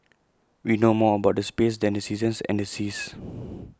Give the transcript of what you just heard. we know more about the space than the seasons and the seas